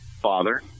father